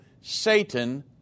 Satan